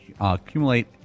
accumulate